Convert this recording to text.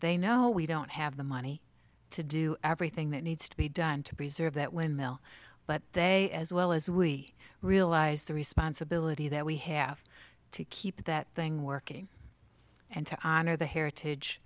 they know we don't have the money to do everything that needs to be done to preserve that windmill but they as well as we realize the responsibility that we have to keep that thing working and to honor the heritage